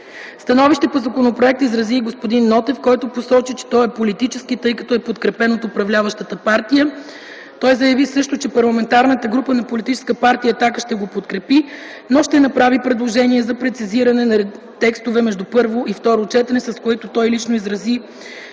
Становище по законопроекта изрази и господин Нотев, който посочи, че той е политически, тъй като е подкрепен от управляващата партия. Той заяви също, че Парламентарната група на Политическа партия „Атака” ще го подкрепи, но ще направи предложения за прецизиране на текстове между първо и второ четене. Изрази